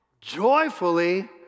joyfully